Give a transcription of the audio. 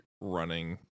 running